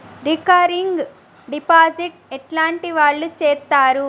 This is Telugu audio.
రికరింగ్ డిపాజిట్ ఎట్లాంటి వాళ్లు చేత్తరు?